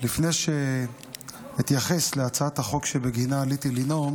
לפני שאתייחס להצעת החוק שבגינה עליתי לנאום,